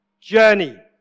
journey